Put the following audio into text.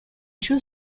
two